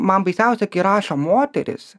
man baisiausia kai rašo moteris